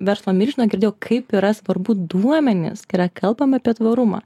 verslo milžino girdėjau kaip yra svarbu duomenys yra kalbama apie tvarumą